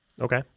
Okay